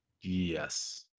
Yes